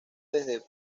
desde